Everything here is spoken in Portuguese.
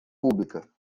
pública